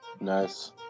Nice